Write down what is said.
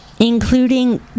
including